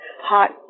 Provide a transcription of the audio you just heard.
hot